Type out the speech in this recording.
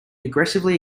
aggressively